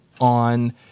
on